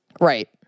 Right